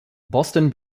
boston